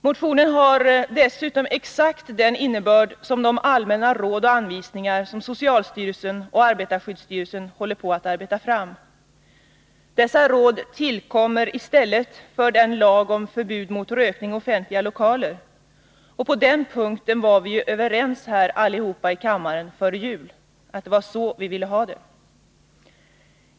Motionen har dessutom exakt den innebörd som de allmänna råd och anvisningar som socialstyrelsen och arbetarskyddsstyrelsen håller på att arbeta fram. Dessa råd tillkommer i stället för en lag om förbud mot rökning i offentliga lokaler. Det var ju så vi ville ha det, på den punkten var ju alla här i kammaren överens före jul.